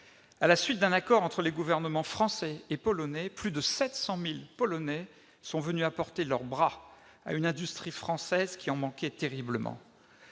À la suite d'un accord entre les gouvernements français et polonais, plus de 700 000 Polonais sont venus apporter leurs bras à une industrie française qui en manquait terriblement.